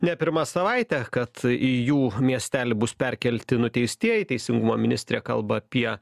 ne pirmą savaitę kad į jų miestelį bus perkelti nuteistieji teisingumo ministrė kalba apie